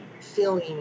feeling